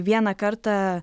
vieną kartą